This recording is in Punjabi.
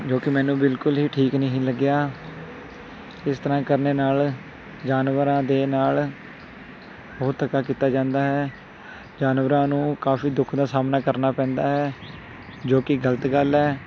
ਜੋ ਕਿ ਮੈਨੂੰ ਬਿਲਕੁਲ ਹੀ ਠੀਕ ਨਹੀਂ ਲੱਗਿਆ ਇਸ ਤਰ੍ਹਾਂ ਕਰਨ ਨਾਲ ਜਾਨਵਰਾਂ ਦੇ ਨਾਲ ਬਹੁਤ ਧੱਕਾ ਕੀਤਾ ਜਾਂਦਾ ਹੈ ਜਾਨਵਰਾਂ ਨੂੰ ਕਾਫੀ ਦੁੱਖ ਦਾ ਸਾਹਮਣਾ ਕਰਨਾ ਪੈਂਦਾ ਹੈ ਜੋ ਕਿ ਗਲਤ ਗੱਲ ਹੈ